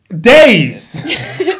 days